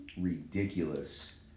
ridiculous